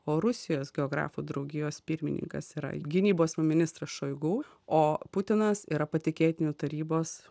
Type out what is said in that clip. o rusijos geografų draugijos pirmininkas yra gynybos ministras šoigu o putinas yra patikėtinių tarybos